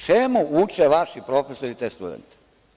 Čemu uče vaši profesori te studente?